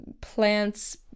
Plants